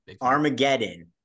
Armageddon